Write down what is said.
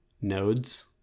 nodes